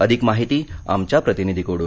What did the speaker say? अधिक माहिती आमच्या प्रतिनिधीकडून